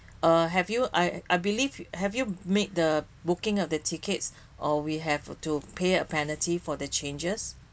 uh have you I I believe have you made the booking of the tickets or we have to pay a penalty for the changes